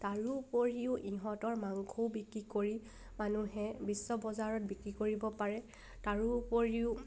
তাৰোপৰিও ইহঁতৰ মাংসও বিক্ৰী কৰি মানুহে বিশ্ব বজাৰত বিক্ৰী কৰিব পাৰে তাৰোপৰিও